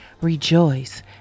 Rejoice